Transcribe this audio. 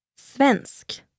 Svensk